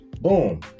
Boom